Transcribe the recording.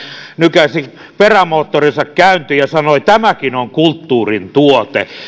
nykäisi perämoottorinsa käyntiin ja sanoi että tämäkin on kulttuurin tuote